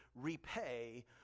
repay